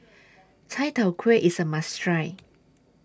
Chai Tow Kuay IS A must Try